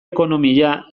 ekonomia